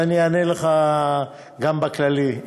אבל אני אענה לך גם בכללי.